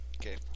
Okay